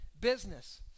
business